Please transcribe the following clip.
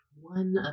one